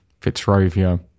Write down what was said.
Fitzrovia